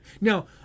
Now